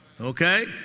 Okay